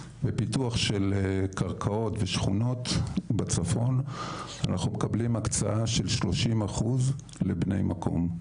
בפיתוח של קרקעות ושכונות בצפון אנחנו מקבלים הקצאה של 30% לבני מקום.